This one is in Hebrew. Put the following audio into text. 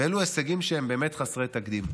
אלו הישגים שהם באמת חסרי תקדים.